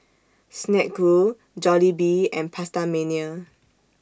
Snek Ku Jollibee and PastaMania